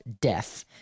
death